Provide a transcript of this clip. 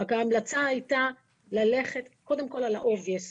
רק שההמלצה הייתה קודם כל ללכת על המובן מאליו.